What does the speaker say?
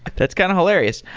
that's kind of hilarious.